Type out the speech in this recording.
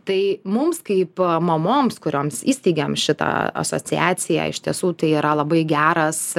tai mums kaip mamoms kurioms įsteigėm šitą asociaciją iš tiesų tai yra labai geras